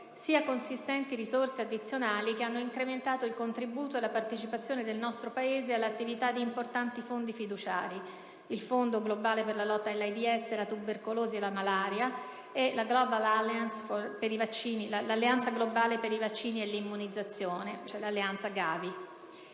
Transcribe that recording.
sia consistenti risorse addizionali che hanno incrementato il contributo e la partecipazione del nostro Paese all'attività di importanti fondi fiduciari: il Fondo globale per la lotta all'AIDS, la tubercolosi e la malaria e l'Alleanza globale per i vaccini e l'immunizzazione (GAVI). L'Italia